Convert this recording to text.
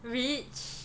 rich